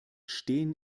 stehen